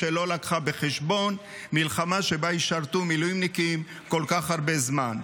שלא לקחה בחשבון מלחמה שבה ישרתו מילואימניקים כל כך הרבה זמן.